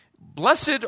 Blessed